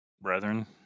brethren